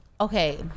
Okay